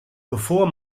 bevor